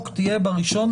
החוק תהיה ב-1.1.22,